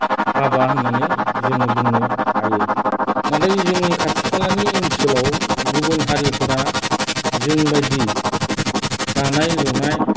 हाबा होननानै जोङो बुंनो हायो नाथाय जोंनि खाथि खालानि ओनसोलाव गुबुन हारिफोरा जों बायदि दानाय लुनाय